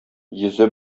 йөзе